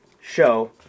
show